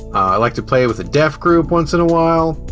i like to play with a deaf group once and a while.